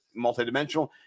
multidimensional